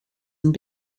and